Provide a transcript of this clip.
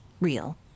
real